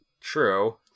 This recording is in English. True